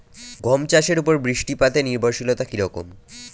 গম চাষের উপর বৃষ্টিপাতে নির্ভরশীলতা কী রকম?